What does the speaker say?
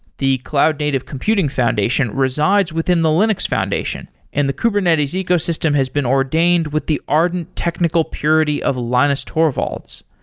the cloud native computing foundation resides within the linux foundation and the kubernetes ecosystem has been ordained with the ardent technical purity of linus torvalds.